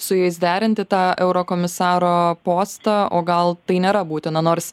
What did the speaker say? su jais derinti tą eurokomisaro postą o gal tai nėra būtina nors